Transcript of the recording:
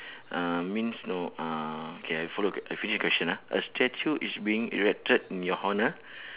uh means no uh okay I follow K I finish the question ah a statue is being erected in your honour